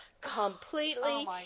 completely